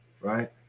right